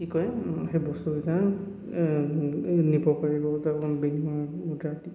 কি কয় সেই বস্তুকেইটা নিব পাৰিব